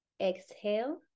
Exhale